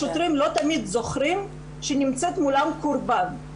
השוטרים לא תמיד זוכרים שנמצאת מולם קורבן.